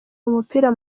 umupira